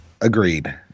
Agreed